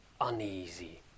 Uneasy